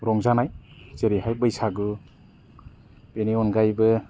रंजानाय जेरैहाय बैसागु बेनि अनगायैबो